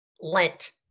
lent